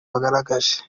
bagaragaje